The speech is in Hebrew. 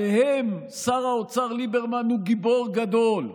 עליהם שר האוצר ליברמן הוא גיבור גדול.